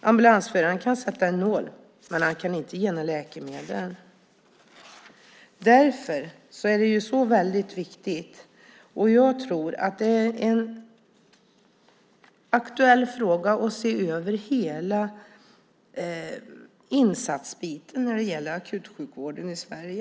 Ambulansföraren kan sätta en nål, men han kan inte ge något läkemedel. Det här är viktigt. Jag tror att det är en aktuell fråga att se över hela insatsbiten när det gäller akutsjukvården i Sverige.